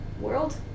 world